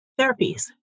therapies